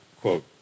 quote